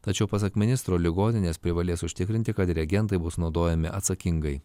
tačiau pasak ministro ligoninės privalės užtikrinti kad reagentai bus naudojami atsakingai